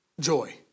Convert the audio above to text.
joy